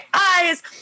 eyes